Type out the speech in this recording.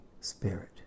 Spirit